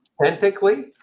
authentically